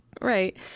Right